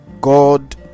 god